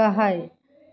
गाहाय